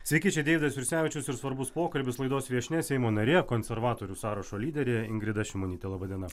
sveiki čia deividas jursevičius ir svarbus pokalbis laidos viešnia seimo narė konservatorių sąrašo lyderė ingrida šimonytė laba diena